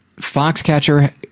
Foxcatcher